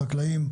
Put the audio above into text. לחקלאים,